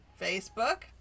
Facebook